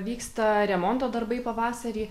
vyksta remonto darbai pavasarį